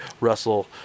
Russell